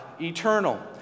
eternal